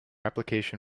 application